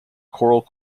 coral